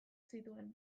zituen